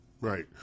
Right